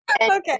Okay